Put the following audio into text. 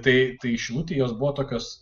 tai tai šilutėj jos buvo tokios